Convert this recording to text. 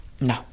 No